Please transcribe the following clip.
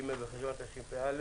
ג' בחשוון התשפ"א,